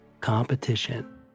competition